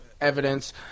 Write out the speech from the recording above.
evidence